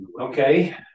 Okay